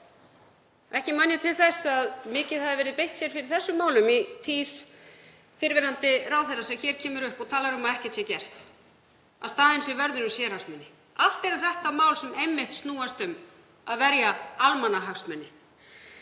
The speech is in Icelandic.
Ekki man ég til þess að menn hafi mikið beitt sér fyrir þessum málum í tíð fyrrverandi ráðherra sem kemur hér upp og talar um að ekkert sé gert, að staðinn sé vörður um sérhagsmuni. Allt eru þetta mál sem snúast einmitt um að verja almannahagsmuni.